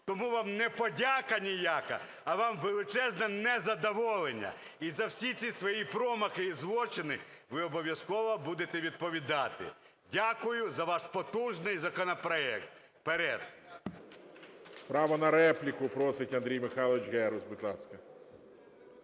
Тому вам не подяка ніяка, а вам величезне незадоволення. І за всі ці свої промахи і злочини ви обов'язково будете відповідати. Дякую за ваш потужний законопроект. Вперед!